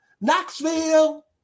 Knoxville